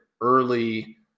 early